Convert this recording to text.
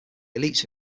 elites